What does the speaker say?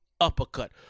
uppercut